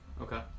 Okay